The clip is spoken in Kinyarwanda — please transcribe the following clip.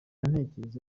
gutekereza